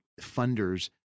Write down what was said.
funders